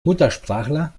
muttersprachler